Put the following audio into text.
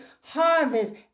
harvest